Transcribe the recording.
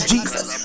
Jesus